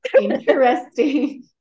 Interesting